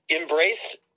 embraced